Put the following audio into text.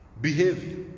behavior